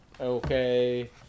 okay